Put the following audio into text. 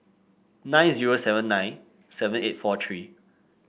nine zero seven nine seven eight four three